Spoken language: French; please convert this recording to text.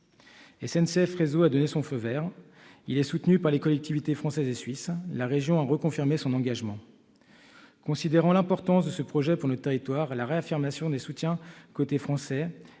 de désenclaver l'est du Chablais. Il est soutenu par les collectivités françaises et suisses. La région a reconfirmé son engagement. Considérant l'importance de ce projet pour notre territoire, la réaffirmation des soutiens du côté français-